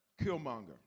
Killmonger